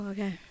Okay